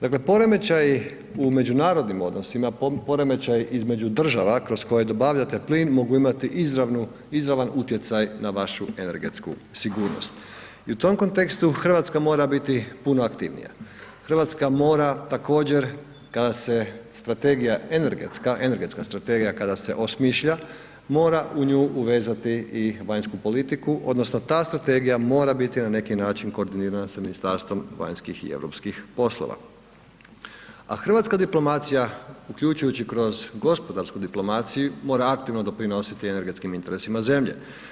Dakle, poremećaji u međunarodnim odnosima, poremećaji između država kroz koje dobavljate plin mogu imati izravnu, izravan utjecaj na vašu energetsku sigurnost i u tom kontekstu RH mora biti puno aktivnija, RH mora također kada se strategija energetska, energetska strategija kada se osmišlja mora u nju uvezati i vanjsku politiku odnosno ta strategija mora biti na neki način koordinirana sa Ministarstvom vanjskih i europskih poslova, a hrvatska diplomacija uključujući kroz gospodarsku diplomaciju mora aktivno doprinositi energetskim interesima zemlje.